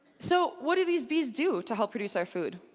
so, what do these bees do to help produce our food?